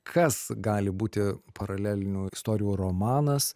kas gali būti paralelinių istorijų romanas